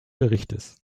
berichts